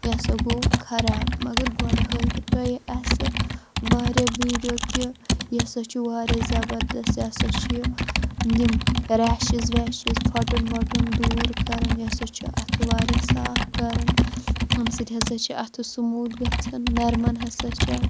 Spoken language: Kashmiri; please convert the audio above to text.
یہِ ہسا گوٚو خراب مگر گۄڈٕ ہٲیوٕ تۄہہِ اَسہِ واریاہ ویڈیو کہِ یہِ ہسا چھُ واریاہ زبردَست یہِ ہسا چھُ یہِ یِم ریشِز ویشِز فَٹُن وَٹُن دوٗر کران یہِ ہسا چھِ اَتھٕ واریاہ صاف کَران امہِ سۭتۍ ہسا چھِ اَتھٕ سُموٗتھ گژھان نَرمان ہسا چھِ اَتھٕ